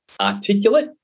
articulate